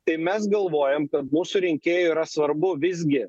tai mes galvojam kad mūsų rinkėjui yra svarbu visgi